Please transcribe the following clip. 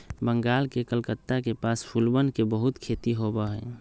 बंगाल के कलकत्ता के पास फूलवन के बहुत खेती होबा हई